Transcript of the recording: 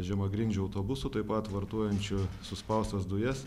žemagrindžių autobusų taip pat vartojančių suspaustas dujas